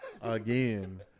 again